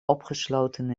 opgesloten